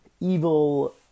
evil